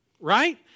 right